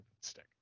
stick